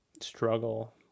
struggle